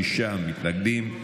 שישה מתנגדים,